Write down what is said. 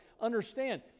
understand